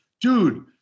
dude